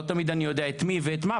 לא תמיד אני יודע את מי ואת מה,